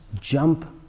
jump